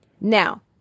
Now